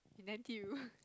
in N T U